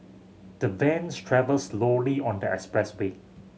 the vans travelled slowly on their expressway